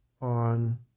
on